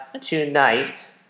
tonight